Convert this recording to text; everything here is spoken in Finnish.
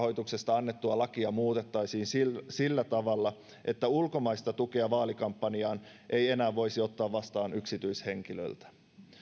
annettua lakia muutettaisiin sillä sillä tavalla että ulkomaista tukea vaalikampanjaan ei enää voisi ottaa vastaan yksityishenkilöltä